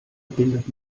bindet